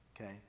okay